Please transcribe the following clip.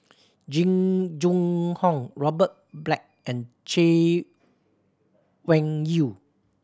Jing Jun Hong Robert Black and Chay Weng Yew